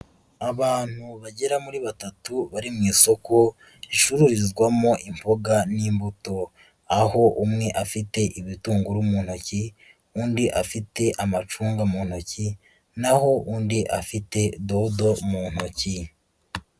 Abantu bagera muri batatu bari mu isoko, ricururizwamo imboga n'imbuto, aho umwe afite ibitunguru mu ntoki, undi afite amacunga mu ntoki, naho undi afite dodo mu ntoki.